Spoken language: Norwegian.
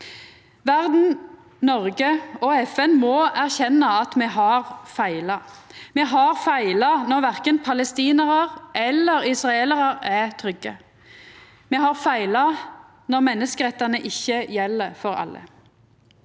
Verda, Noreg og FN må erkjenna at me har feila. Me har feila når verken palestinarar eller israelarar er trygge. Me har feila når menneskerettane ikkje gjeld for alle.